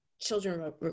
children